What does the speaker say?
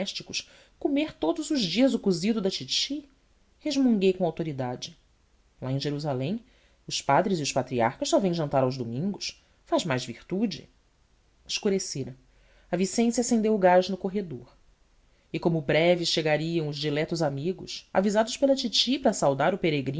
domésticos comer todos os dias o cozido da titi resmunguei com autoridade lá em jerusalém os padres e os patriarcas só vêm jantar aos domingos faz mais virtude escurecera a vicência acendeu o gás no corredor e como breve chegariam os diletos amigos avisados pela titi para saudar o